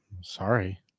Sorry